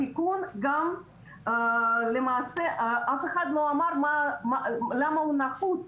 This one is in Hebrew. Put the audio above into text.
התיקון, למעשה אף אחד לא אמר למה הוא נחוץ,